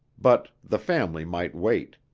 but the family might wait!